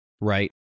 right